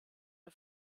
der